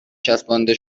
چسبانده